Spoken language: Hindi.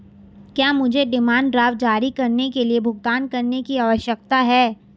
क्या मुझे डिमांड ड्राफ्ट जारी करने के लिए भुगतान करने की आवश्यकता है?